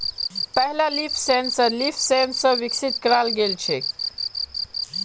पहला leaf sensor LeafSens स विकसित कराल गेल छेक